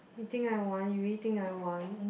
you think I want you really think I want